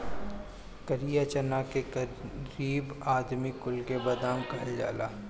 करिया चना के गरीब आदमी कुल के बादाम कहल जाला